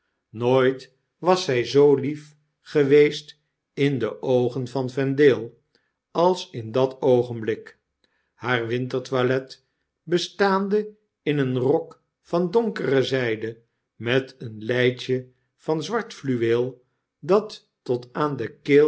nooit was zjj zoo lief geweest in de oogen van vendale als in dat oogenblik haar wintertoilet bestaande in een rok van donkere zijde met een lpje van zwart fluweel dat tot aan de keel